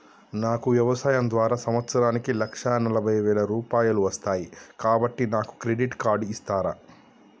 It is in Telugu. నాకు వ్యవసాయం ద్వారా సంవత్సరానికి లక్ష నలభై వేల రూపాయలు వస్తయ్, కాబట్టి నాకు క్రెడిట్ కార్డ్ ఇస్తరా?